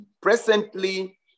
Presently